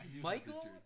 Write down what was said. Michael